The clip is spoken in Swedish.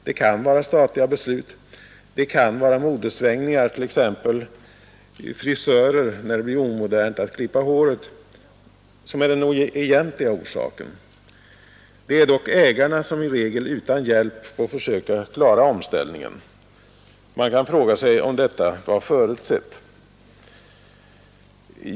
Det kan vara statliga beslut, det kan vara modesvängningar — t.ex. för frisörer när det blir omodernt att klippa håret — som är den egentliga orsaken, men det är ägarna som i regel utan hjälp får försöka klara omställningen. Man kan fråga sig om detta var förutsatt.